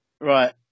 right